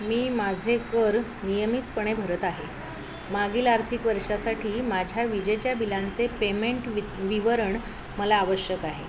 मी माझे कर नियमितपणे भरत आहे मागील आर्थिक वर्षासाठी माझ्या विजेच्या बिलांचे पेमेंट वि विवरण मला आवश्यक आहे